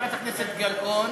חברת הכנסת גלאון,